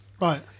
right